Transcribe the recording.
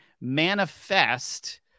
manifest